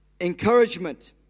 encouragement